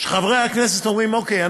שחברי הכנסת אומרים: אוקיי,